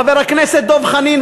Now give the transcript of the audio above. חבר הכנסת דב חנין,